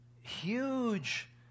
huge